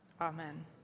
Amen